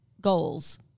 goals